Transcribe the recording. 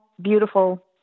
beautiful